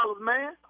man